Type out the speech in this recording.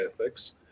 ethics